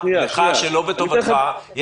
שלא בטובתך,